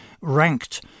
ranked